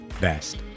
best